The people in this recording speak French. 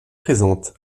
présentes